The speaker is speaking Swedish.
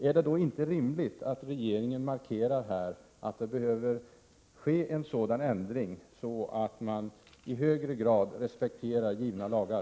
Är det då inte rimligt att regeringen här markerar att det behövs en ändring, så att man i högre grad respekterar givna lagar?